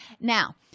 Now